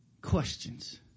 questions